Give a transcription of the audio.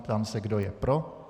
Ptám se, kdo je pro.